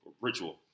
ritual